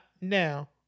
now